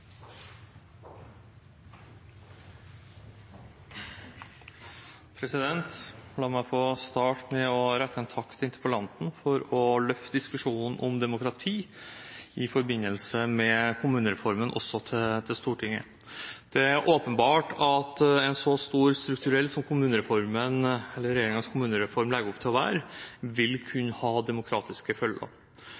La meg få starte med å rette en takk til interpellanten for å løfte diskusjonen om demokrati i forbindelse med kommunereformen også til Stortinget. Det er åpenbart at så store strukturelle endringer som regjeringens kommunereform legger opp til, vil kunne ha demokratiske følger.